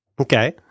Okay